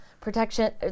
protection